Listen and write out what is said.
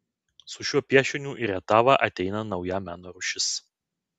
su šiuo piešiniu į rietavą ateina nauja meno rūšis